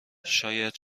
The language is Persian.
شاید